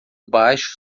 baixo